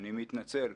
אני מתנצל.